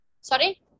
sorry